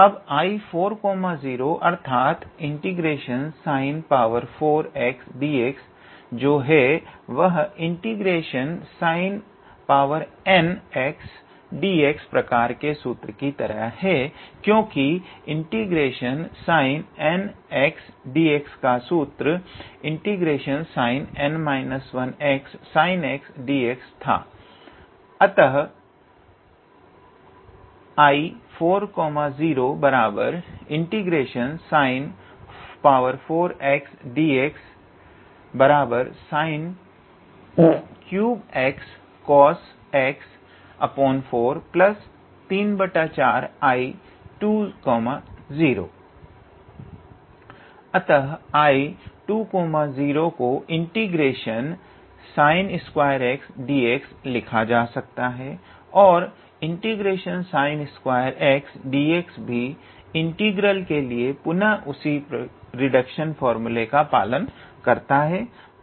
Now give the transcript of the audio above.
अब 𝐼40 अर्थात ∫𝑠𝑖𝑛4𝑥𝑑𝑥 जो है वह ∫𝑠𝑖𝑛n𝑥𝑑𝑥 प्रकार के सूत्र की तरह है और क्योंकि ∫𝑠𝑖𝑛n𝑥𝑑𝑥 का सूत्र ∫𝑠𝑖𝑛n 1𝑥𝑠𝑖𝑛𝑥𝑑𝑥 था अतः I40∫𝑠𝑖𝑛4𝑥𝑑𝑥sin3xcosx434 I20 अतः I20 को ∫𝑠𝑖𝑛2𝑥𝑑𝑥 लिखा जा सकता है और ∫𝑠𝑖𝑛2𝑥𝑑𝑥 भी इंटीग्रल के लिए पुनः उसी रिडक्शन फार्मूला का पालन करता है